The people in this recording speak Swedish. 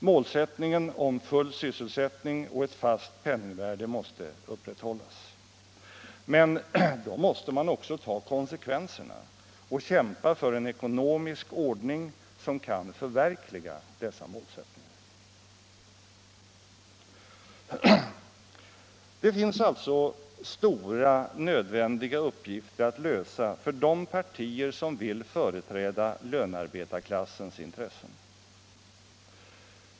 Målsättningen om full sysselsättning och ett fast penningvärde måste upprätthållas. Men då måste man också ta konsekvenserna och kämpa för en ekonomisk ordning som kan förverkliga dessa målsättningar. Det finns alltså stora, nödvändiga uppgifter att lösa för de partier som vill företräda lönarbetarklassens intressen.